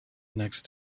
next